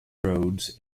roads